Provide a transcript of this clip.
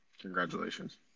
Congratulations